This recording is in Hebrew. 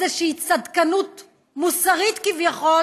באיזושהי צדקנות מוסרית, כביכול,